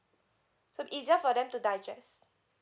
so easier for them to digest